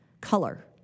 color